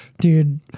dude